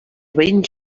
veïns